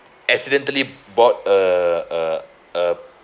accidentally bought a a a